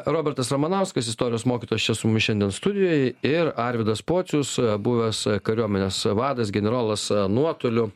robertas ramanauskas istorijos mokytojas čia su mumis šiandien studijoj ir arvydas pocius buvęs kariuomenės vadas generolas nuotoliu